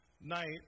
night